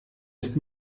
ist